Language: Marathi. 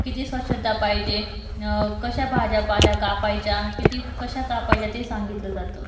किती स्वच्छ्ता पाहिजे कशा भाज्या पाल्या कापायच्या किती कशा कापायच्या ते सांगितलं जातं